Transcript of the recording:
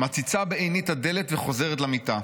מציצה בעינית הדלת וחוזרת למיטה.